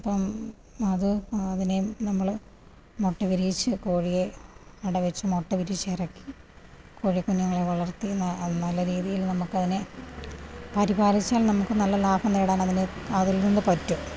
അപ്പോള് അത് അതിനെ നമ്മള് മുട്ട വിരിയിച്ച് കോഴിയെ അട വെച്ച് മുട്ട വിരിയിച്ചിറക്കി കോഴിക്കുഞ്ഞുങ്ങളെ വളർത്തി നല്ല രീതിയില് നമുക്കതിനെ പരിപാലിച്ചാൽ നമുക്ക് നല്ല ലാഭം നേടാൻ അതിനെ അതിൽ നിന്ന് പറ്റും